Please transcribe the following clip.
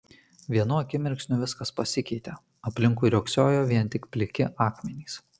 vienu akimirksniu viskas pasikeitė aplinkui riogsojo vien tik pliki akmenys